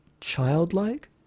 childlike